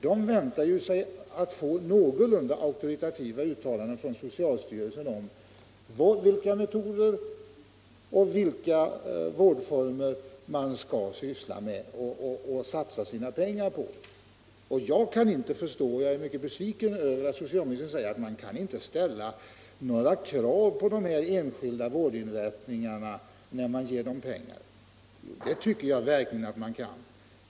De väntar sig ju att få någorlunda auktoritativa uttalanden från socialstyrelsen om vilka metoder och vilka vårdformer de skall syssla med och satsa sina pengar på. Jag är mycket besviken över att socialministern säger att man kan inte ställa några krav på de här enskilda vårdinrättningarna när man ger dem pengar. Det tycker jag verkligen att man kan.